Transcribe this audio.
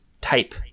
type